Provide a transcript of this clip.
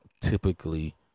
typically